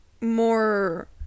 more